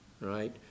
right